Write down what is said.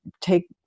take